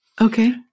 Okay